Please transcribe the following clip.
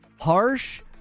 harsh